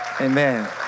Amen